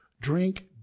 drink